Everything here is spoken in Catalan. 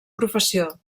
professió